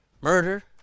murder